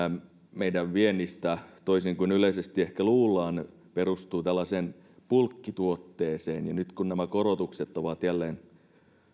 meidän viennistähän toisin kuin yleisesti ehkä luullaan perustuu tällaiseen bulkkituotteeseen ja nyt kun nämä korotukset ovat jälleen